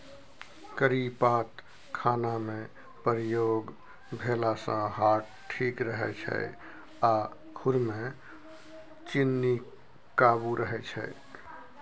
करी पात खानामे प्रयोग भेलासँ हार्ट ठीक रहै छै आ खुनमे चीन्नी काबू रहय छै